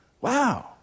Wow